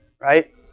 right